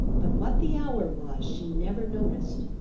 but what the hour was she never noticed,